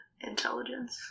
intelligence